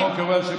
למה הוא קרוי על שם